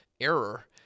error